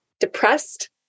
depressed